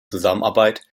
zusammenarbeit